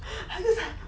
I just like